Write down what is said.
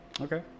Okay